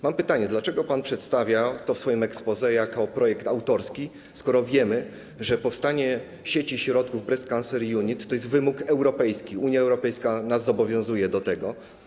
Mam pytanie, dlaczego pan przedstawia to w swoim exposé jako projekt autorski, skoro wiemy, że powstanie sieci ośrodków Breast Cancer Unit to jest wymóg europejski, Unia Europejska zobowiązuje nas do tego.